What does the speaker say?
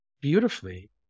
beautifully